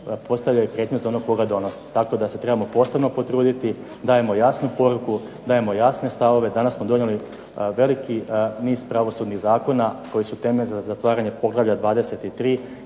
postavlja prijetnju za onog tko ga donosi. Tako da se trebamo posebno potruditi, dajmo jasnu poruku, dajmo jasne stavove. Danas smo donijeli veliki niz pravosudnih zakona koji su temelj za zatvaranje poglavlja 23.